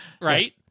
right